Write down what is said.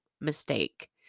mistake